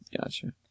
gotcha